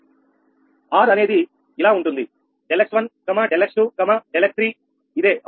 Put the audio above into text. R అనేది ఇలా ఉంటుంది ∆𝑥1 ∆𝑥2∆𝑥3 ఇదే అవునా